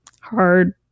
hard